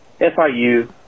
FIU